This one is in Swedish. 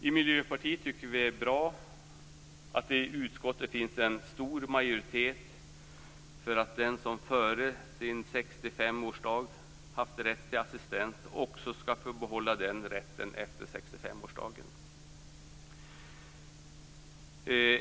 I Miljöpartiet tycker vi att det är bra att det i utskottet finns en stor majoritet för att den som före sin 65-årsdag haft rätt till assistans också skall få behålla den rätten efter 65-årsdagen.